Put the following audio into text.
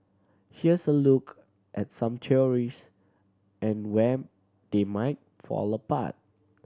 here's a look at some theories and where they might fall apart